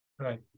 Right